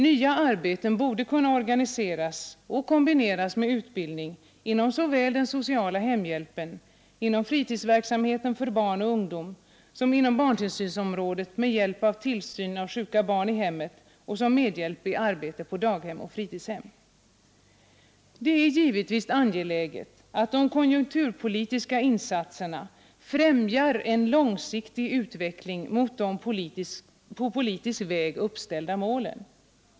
Nya arbeten borde kunna organiseras och kombineras med utbildning inom den sociala hemhjälpen, inom fritidsverksamheten för barn och ungdom liksom också inom barntillsynsområdet, där uppgifterna skulle innefatta tillsyn av sjuka barn i hemmet och medhjälp i arbetet på daghem och fritidshem. Det är givetvis angeläget att de konjunkturpolitiska insatserna främjar en långsiktig utveckling mot de på politisk väg uppställda målen.